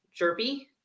jerpy